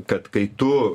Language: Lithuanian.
kad kai tu